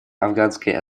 афганской